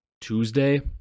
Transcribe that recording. Tuesday